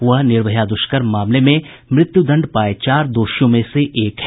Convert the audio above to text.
वह निर्भया दुष्कर्म मामले में मृत्यूदंड पाये चार दोषियों में से एक है